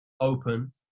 open